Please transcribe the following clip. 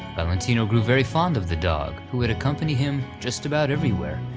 valentino grew very fond of the dog who would accompanied him just about everywhere,